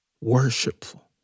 Worshipful